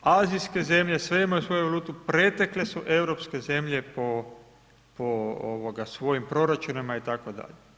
Azijske zemlje, sve imaju svoju valutu, pretekle su europske zemlje po svojim proračunima itd.